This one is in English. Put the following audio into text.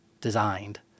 designed